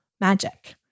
magic